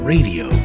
Radio